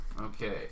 Okay